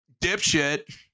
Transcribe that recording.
Dipshit